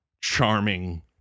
charming